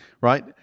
right